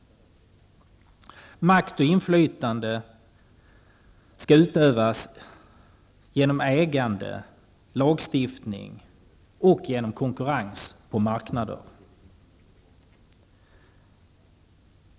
Makt och inflytande skall utövas genom ägande, lagstiftning och konkurrens på marknader.